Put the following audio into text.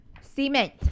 Cement